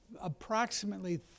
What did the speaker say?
approximately